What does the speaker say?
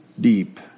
deep